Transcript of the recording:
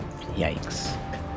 Yikes